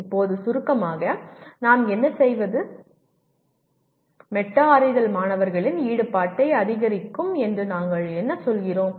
இப்போது சுருக்கமாக நாம் என்ன செய்வது மெட்டா அறிதல் மாணவர்களின் ஈடுபாட்டை அதிகரிக்கும் என்று நாங்கள் என்ன சொல்கிறோம்